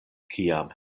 kiam